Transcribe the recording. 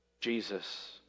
Jesus